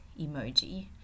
emoji